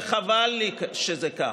וחבל שזה כך.